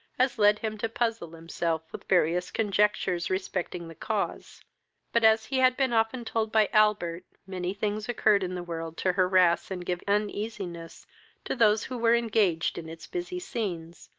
as led him to puzzle himself with various conjectures respecting the cause but, as he had been often told by albert many things occurred in the world to harass and give uneasiness to those who were engaged in its busy scenes,